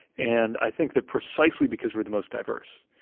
and i think that precisely because we're the most diverse,